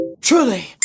Truly